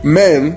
men